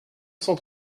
cent